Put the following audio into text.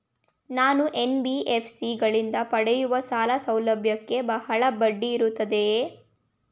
ನಾನು ಎನ್.ಬಿ.ಎಫ್.ಸಿ ಗಳಿಂದ ಪಡೆಯುವ ಸಾಲ ಸೌಲಭ್ಯಕ್ಕೆ ಬಹಳ ಬಡ್ಡಿ ಇರುತ್ತದೆಯೇ?